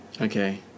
Okay